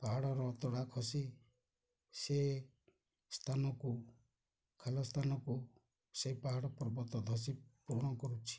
ପାହାଡ଼ର ଅତଡ଼ା ଖସି ସେ ସ୍ଥାନକୁ ଖାଲ ସ୍ଥାନକୁ ସେ ପାହାଡ଼ ପର୍ବତ ଧସି ପୂରଣ କରୁଛି